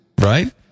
right